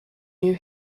you